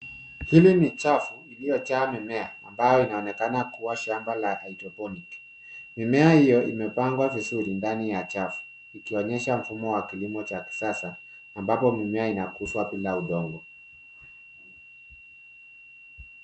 Hili ni chafu iliyojaa mimea ambayo inaonekana kuwa shamba la Hydroponic . Mimea hio imepangwa vizuri ndani ya chafu ikionyesha mfumo wa kilimo cha kisasa ambapo mimea inakuzwa bila udongo.